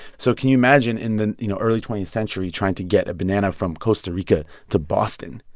so can you imagine, in the, you know, early twentieth century trying to get a banana from costa rica to boston?